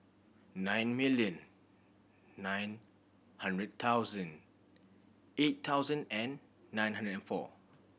nine million nine hundred thousand eight thousand and nine hundred and four